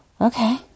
Okay